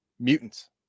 mutants